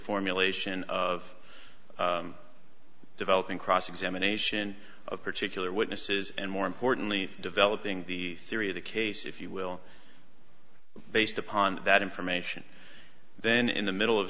formulation of developing cross examination of particular witnesses and more importantly developing the theory of the case if you will based upon that information then in the middle of